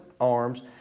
arms